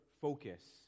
focus